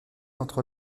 entre